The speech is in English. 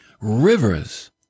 Rivers